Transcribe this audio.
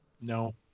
No